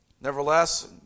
Nevertheless